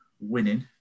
winning